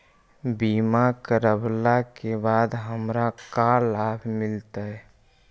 बीमा करवला के बाद हमरा का लाभ मिलतै?